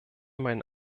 meinen